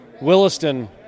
Williston